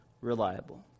reliable